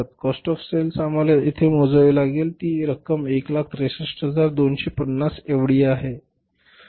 cost of sale आम्हाला येथे मोजावी लागेल की एकूण रक्कम 163250 एवढी आहे